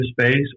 space